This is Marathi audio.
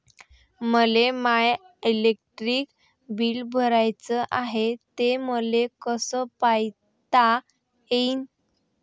मले माय इलेक्ट्रिक बिल भराचं हाय, ते मले कस पायता येईन?